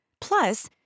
Plus